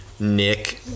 Nick